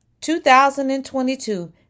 2022